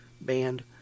band